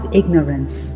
ignorance